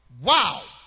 Wow